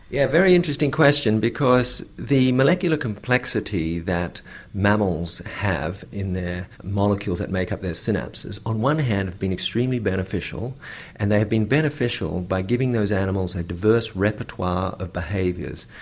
yeah, a very interesting question because the molecular complexity that mammals have in their molecules that make up their synapses on one hand have been extremely beneficial and they have been beneficial by giving those animals a diverse repertoire of behaviours.